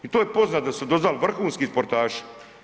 I to je poznato da su odozdal vrhunski sportaši.